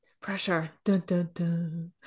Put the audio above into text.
pressure